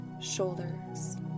Shoulders